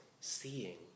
seeing